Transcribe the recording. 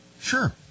Sure